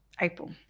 April